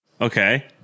Okay